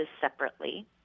separately